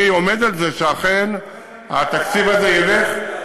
ואני עומד על זה שאכן התקציב הזה ילך,